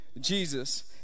Jesus